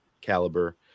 caliber